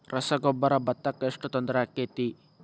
ರಸಗೊಬ್ಬರ, ಭತ್ತಕ್ಕ ಎಷ್ಟ ತೊಂದರೆ ಆಕ್ಕೆತಿ?